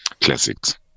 classics